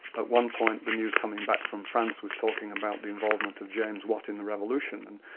at one point the news coming back from france was talking about the involvement of james watt in the revolution, and